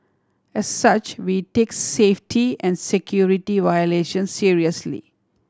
as such we take safety and security violations seriously